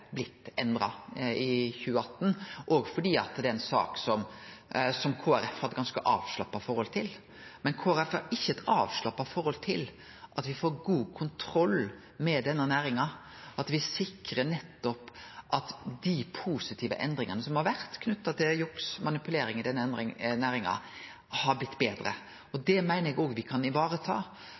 blitt endra i 2018, òg fordi det er ei sak som Kristeleg Folkeparti har eit ganske avslappa forhold til. Men Kristeleg Folkeparti har ikkje eit avslappa forhold til at me får god kontroll med denne næringa, at me sikrar nettopp at dei positive endringane som har vore knytt til juks og manipulering i denne næringa, har blitt betre, det meiner eg òg me kan